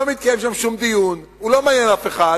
לא מתקיים שם שום דיון, הוא לא מעניין אף אחד,